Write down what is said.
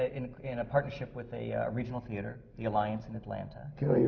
ah in in a partnership with a regional theatre, the alliance in atlanta.